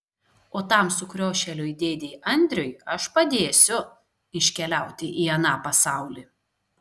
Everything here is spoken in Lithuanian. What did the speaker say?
o tam sukriošėliui dėdei andriui aš padėsiu iškeliauti į aną pasaulį